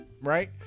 right